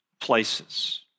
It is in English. places